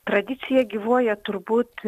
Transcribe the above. tradicija gyvuoja turbūt